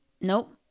Nope